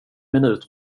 minut